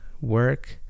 work